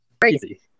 crazy